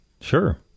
Sure